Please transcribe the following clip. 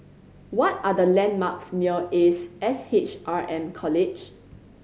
what are the landmarks near Ace S H R M College